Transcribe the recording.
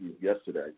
yesterday